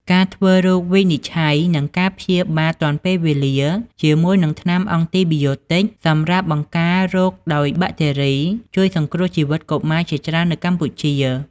ការធ្វើរោគវិនិច្ឆ័យ និងការព្យាបាលទាន់ពេលវេលាជាមួយនឹងថ្នាំអង់ទីប៊ីយោទិច សម្រាប់បង្ករោគដោយបាក់តេរី ជួយសង្គ្រោះជីវិតកុមារជាច្រើននៅកម្ពុជា។